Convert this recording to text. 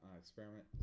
experiment